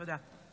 תודה.